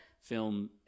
film